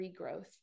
regrowth